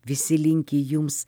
visi linki jums